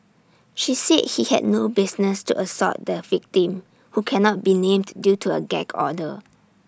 she said he had no business to assault the victim who cannot be named due to A gag order